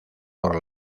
por